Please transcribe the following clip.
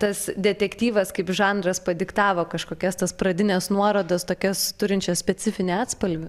tas detektyvas kaip žanras padiktavo kažkokias tas pradines nuorodas tokias turinčias specifinį atspalvį